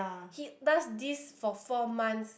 he does this for four months